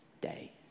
day